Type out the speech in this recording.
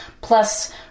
Plus